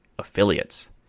affiliates